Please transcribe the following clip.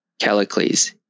Callicles